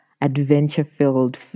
adventure-filled